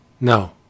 No